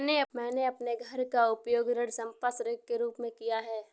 मैंने अपने घर का उपयोग ऋण संपार्श्विक के रूप में किया है